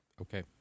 Okay